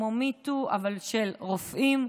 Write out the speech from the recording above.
כמו MeToo אבל של רופאים.